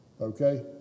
Okay